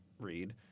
read